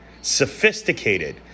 sophisticated